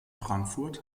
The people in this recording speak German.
frankfurt